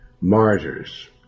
martyrs